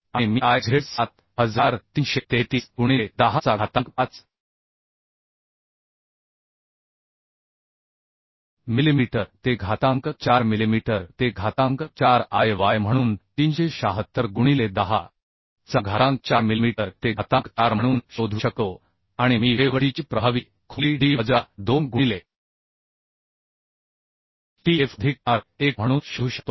आणि मी Iz 7333 गुणिले 10 चा घातांक 5 मिलिमीटर ते घातांक 4 मिलिमीटर ते घातांक 4 Iy म्हणून 376 गुणिले 10 चां घातांक 4 मिलिमीटर ते घातांक 4 म्हणून शोधू शकतो आणि मी वेव्ह Dची प्रभावी खोली D वजा 2 गुणिले tf अधिक r 1 म्हणून शोधू शकतो